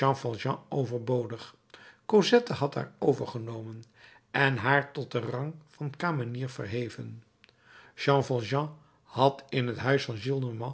overbodig cosette had haar overgenomen en haar tot den rang van kamenier verheven jean valjean had in het huis van